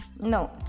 No